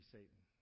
Satan